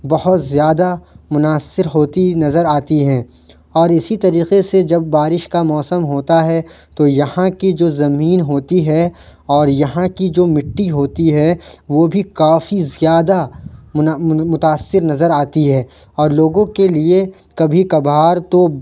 بہت زیادہ متاثر ہوتی نظر آتی ہیں اور اسی طریقے سے جب بارش کا موسم ہوتا ہے تو یہاں کی جو زمین ہوتی ہے اور یہاں کی جو مٹی ہوتی ہے وہ بھی کافی زیادہ منا متاثر نظر آتی ہے اور لوگوں کے لیے کبھی کبھار تو